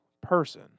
person